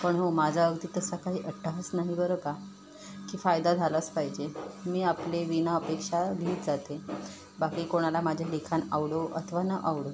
पण हो माझा अगदी तसा काही अट्टाहास नाही बरं का की फायदा झालाच पाहिजे मी आपले विनाअपेक्षा लिहीत जाते बाकी कोणाला माझे लेखन आवडो अथवा न आवडो